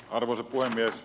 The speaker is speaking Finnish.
arvoisa puhemies